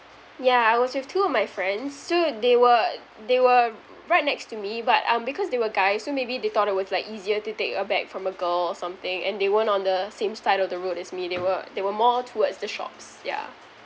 yeah I was with two of my friends so they were they were right next to me but um because they were guys so maybe they thought it was like easier to take a bag from a girl or something and they weren't on the same side of the road as me they were they were more towards the shops yeah